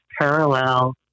parallel